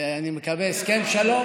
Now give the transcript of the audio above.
הסכם שלום